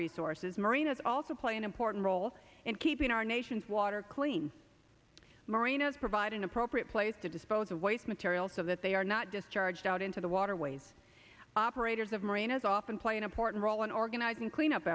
resources marinas also play an important role in keeping our nation's water clean moreno's provide an appropriate place to dispose of waste material so that they are not discharged out into the waterways operators of marinas often play an important role in organizing cleanup